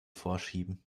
vorschieben